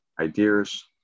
ideas